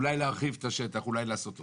אולי להרחיב את השטח, אולי לעשות עוד.